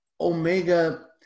Omega